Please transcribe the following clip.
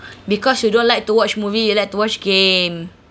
because you don't like to watch movie you like to watch game